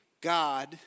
God